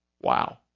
Wow